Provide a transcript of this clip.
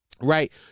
Right